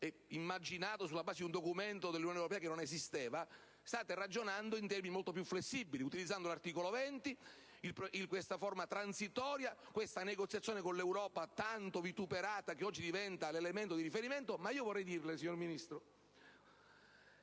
immaginato sulla base di un documento dell'Unione europea che non esisteva state ragionando in termini molto più flessibili, utilizzando l'articolo 20 del testo unico sull'immigrazione in questa forma transitoria, ricorrendo a questa negoziazione con l'Europa tanto vituperata, che oggi diventa l'elemento di riferimento. Ma vorrei dirle, signor Ministro,